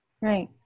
Right